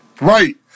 Right